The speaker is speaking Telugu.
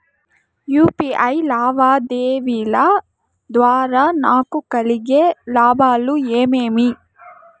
యు.పి.ఐ లావాదేవీల ద్వారా నాకు కలిగే లాభాలు ఏమేమీ?